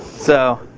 so.